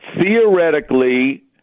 Theoretically